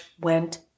went